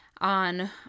on